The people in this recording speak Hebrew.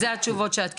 זה התשובות שאת קיבלת.